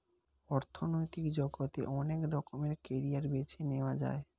অর্থনৈতিক জগতে অনেক রকমের ক্যারিয়ার বেছে নেয়া যায়